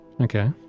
okay